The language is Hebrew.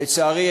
לצערי,